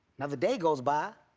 another day goes by,